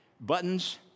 buttons